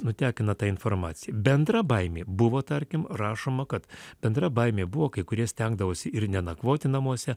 nutekino tą informaciją bendra baimė buvo tarkim rašoma kad bendra baimė buvo kai kurie stengdavosi ir nenakvoti namuose